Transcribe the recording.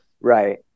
Right